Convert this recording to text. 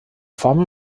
formel